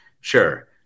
sure